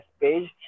page